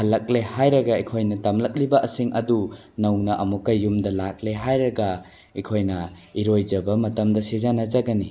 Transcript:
ꯍꯜꯂꯛꯂꯦ ꯍꯥꯏꯔꯒ ꯑꯩꯈꯣꯏꯅ ꯇꯝꯂꯛꯂꯤꯕꯁꯤꯡ ꯑꯗꯨ ꯅꯧꯅ ꯑꯃꯨꯛꯀ ꯌꯨꯝꯗ ꯂꯥꯛꯂꯦ ꯍꯥꯏꯔꯒ ꯑꯩꯈꯣꯏꯅ ꯏꯔꯣꯏꯖꯕ ꯃꯇꯝꯗ ꯁꯤꯖꯤꯟꯅꯖꯒꯅꯤ